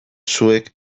zuek